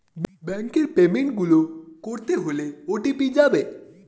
ব্যাংকের পেমেন্ট গুলো করতে হলে ও.টি.পি যাবে